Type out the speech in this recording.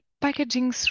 packaging